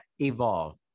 evolve